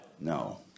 No